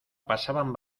pasaban